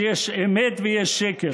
שיש אמת ויש שקר,